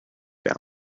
down